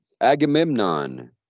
Agamemnon